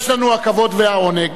יש לנו הכבוד והעונג